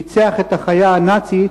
ניצח את החיה הנאצית,